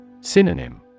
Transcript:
Synonym